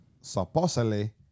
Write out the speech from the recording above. supposedly